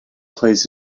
plays